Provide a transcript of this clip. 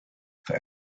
for